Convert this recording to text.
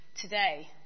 today